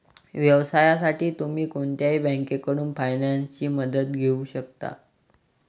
व्यवसायासाठी तुम्ही कोणत्याही बँकेकडून फायनान्सची मदत घेऊ शकता